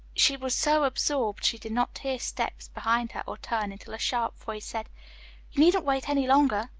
she was so absorbed she did not hear steps behind her or turn until a sharp voice said you needn't wait any longer.